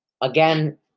Again